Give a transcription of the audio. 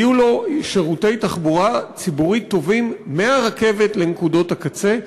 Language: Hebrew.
יהיו לו שירותי תחבורה ציבורית טובים מהרכבת לנקודות הקצה,